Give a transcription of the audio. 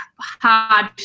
hard